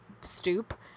stoop